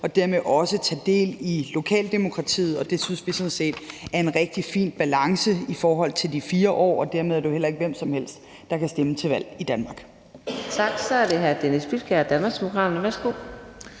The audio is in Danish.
og dermed også tage del i lokaldemokratiet. Det synes vi sådan set er en rigtig fin balance i forhold til de 4 år, og dermed er det jo heller ikke hvem som helst, der kan stemme til valg i Danmark.